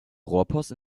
rohrpost